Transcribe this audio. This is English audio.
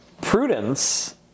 prudence